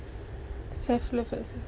self love